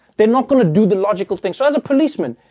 they're not going to do the logical thing. so as a policeman,